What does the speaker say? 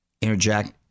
interject